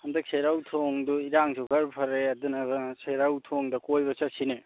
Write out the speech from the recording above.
ꯍꯟꯗꯛꯁꯦ ꯁꯦꯔꯧ ꯊꯣꯡꯗꯨ ꯏꯔꯥꯡꯁꯨ ꯈꯔ ꯐꯔꯦ ꯑꯗꯨꯅ ꯁꯦꯔꯧ ꯊꯣꯡꯗ ꯀꯣꯏꯕ ꯆꯠꯁꯤꯅꯦ